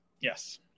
Yes